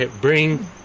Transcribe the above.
bring